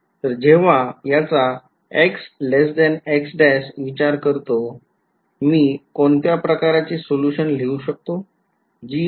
तर जेव्हा याचा विचार करतो मी कोणत्या प्रकारचे सोल्यूशन लिहू शकतो